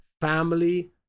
family